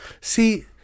See